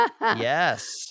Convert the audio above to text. Yes